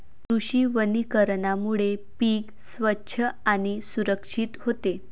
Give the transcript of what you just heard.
कृषी वनीकरणामुळे पीक स्वच्छ आणि सुरक्षित होते